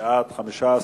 4 נתקבלו.